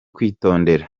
kwitondera